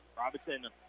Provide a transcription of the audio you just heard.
Robinson